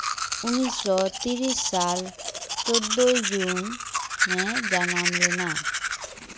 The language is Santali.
ᱩᱱᱤᱥᱥᱚ ᱛᱨᱤᱥ ᱥᱟᱞ ᱪᱳᱫᱽᱫᱳᱭ ᱡᱩᱱ ᱮ ᱡᱟᱱᱟᱢ ᱞᱮᱱᱟ